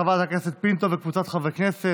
של חברת הכנסת פינטו וקבוצת חברי הכנסת,